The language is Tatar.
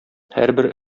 һәрбер